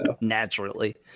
Naturally